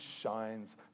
shines